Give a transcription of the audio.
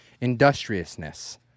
Industriousness